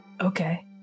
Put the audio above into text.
Okay